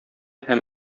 һәм